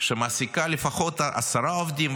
שמעסיקה לפחות עשרה עובדים,